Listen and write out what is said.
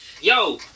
Yo